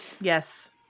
Yes